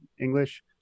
English